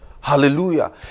Hallelujah